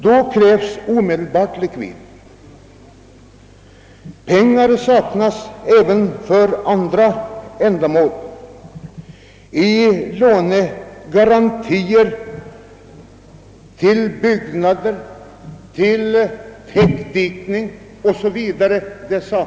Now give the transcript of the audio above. Då krävs omedelbar likvid. Pengar saknas även för andra ändamål, t.ex. för garantilån till byggnader, täckdikning och så vidare.